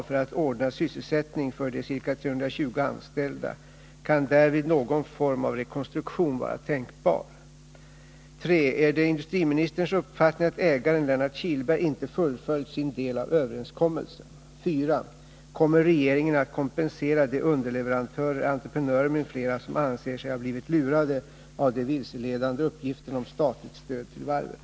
Är det industriministerns uppfattning att ägaren, Lennart Kihlberg, inte fullföljt sin del av överenskommelsen? 4. Kommer regeringen att kompensera de underleverantörer, entreprenörer m.fl. som anser sig ha blivit lurade av de vilseledande uppgifterna om statligt stöd till varvet?